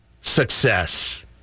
success